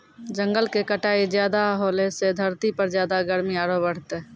जंगल के कटाई ज्यादा होलॅ सॅ धरती पर ज्यादा गर्मी आरो बढ़तै